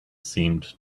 seemed